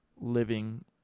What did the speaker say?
living